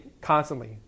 constantly